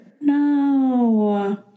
No